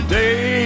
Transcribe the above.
day